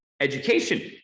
education